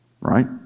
Right